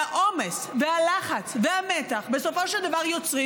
והעומס והלחץ והמתח בסופו של דבר יוצרים